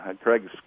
Craig's